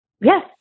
Yes